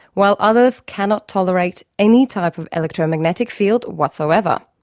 while others cannot tolerate any type of electro-magnetic field whatsoever.